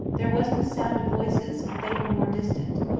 there was the sound of voices, but they were more distant,